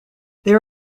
there